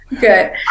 good